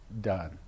done